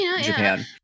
Japan